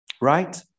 Right